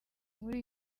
muri